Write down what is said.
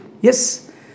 Yes